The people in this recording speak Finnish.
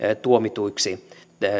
tuomituiksi